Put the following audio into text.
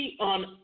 on